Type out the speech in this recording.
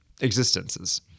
existences